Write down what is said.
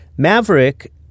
Maverick